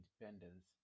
independence